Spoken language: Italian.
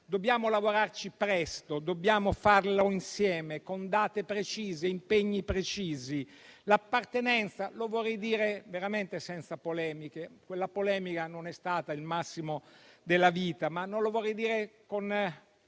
Dobbiamo lavorarci presto e dobbiamo farlo insieme, con date precise e impegni precisi. L'appartenenza o no - lo vorrei dire veramente senza polemiche, perché quella polemica non è stata il massimo della vita e lo vorrei dire con